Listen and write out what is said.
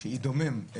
שהיא דומם,